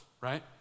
right